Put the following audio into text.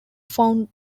found